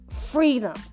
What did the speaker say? freedom